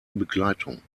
begleitung